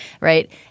right